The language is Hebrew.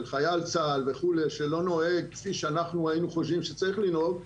חייל צה"ל שלא נוהג כפי שאנחנו חושבים שצריך לנהוג,